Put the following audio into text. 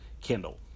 Kindle